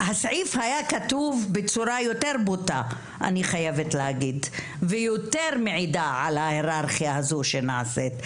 הסעיף היה כתוב בצורה יותר בוטה ויותר מעידה על ההיררכיה הזו שנעשית.